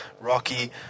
rocky